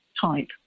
type